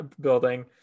building